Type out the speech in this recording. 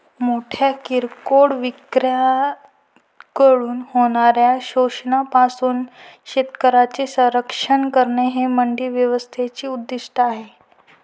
मोठ्या किरकोळ विक्रेत्यांकडून होणाऱ्या शोषणापासून शेतकऱ्यांचे संरक्षण करणे हे मंडी व्यवस्थेचे उद्दिष्ट आहे